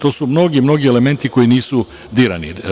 To su mnogi, mnogi elementi koji nisu dirani.